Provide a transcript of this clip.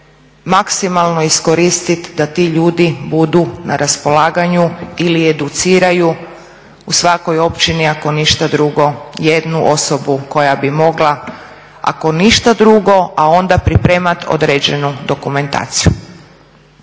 maksimalno iskoristiti da ti ljudi budu na raspolaganju ili educiraju u svakoj općini ako ništa drugo jednu osobu koja bi mogla ako ništa drugo a onda pripremati određenu dokumentaciju